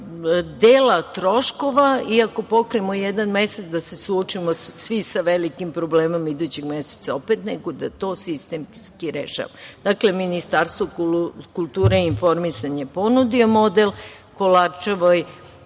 dela troškova i ako pokrijemo jedan mesec da se suočimo svi sa velikim problemom idućeg meseca opet, nego da to sistemski rešavamo. Dakle, Ministarstvo kulture i informisanja ponudio je model Kolarčevoj